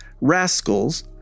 rascals